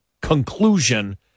conclusion